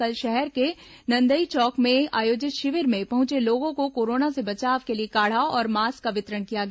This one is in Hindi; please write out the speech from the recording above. कल शहर के नंदई चौक में आयोजित शिविर में पहुंचे लोगों को कोरोना से बचाव के लिए काढ़ा और मास्क का वितरण किया गया